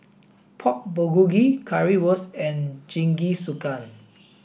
Pork Bulgogi Currywurst and Jingisukan